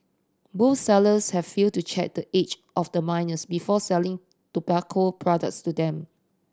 both sellers have failed to check the age of the minors before selling tobacco products to them